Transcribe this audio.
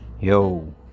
Yo